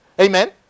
amen